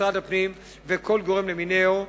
משרד הפנים וכל גורם למינהו,